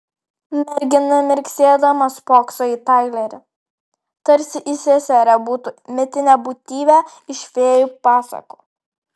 mergina mirksėdama spokso į tailerį tarsi įseserė būtų mitinė būtybė iš fėjų pasakų